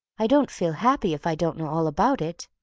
i don't feel happy if i don't know all about it.